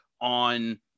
on